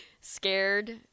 scared